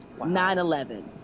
9-11